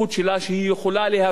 שהיא יכולה להפקיע.